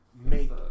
make